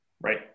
Right